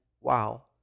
wow